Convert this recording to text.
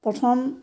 প্ৰথম